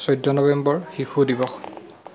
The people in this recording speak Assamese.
চৈধ্য নৱেম্বৰ শিশু দিৱস